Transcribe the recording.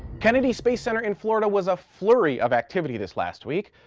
kennedy space center in florida was a flurry of activity this last week.